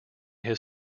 his